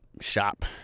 shop